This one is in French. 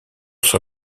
sur